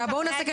היום זה אפשרי.